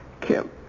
Kim